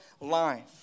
life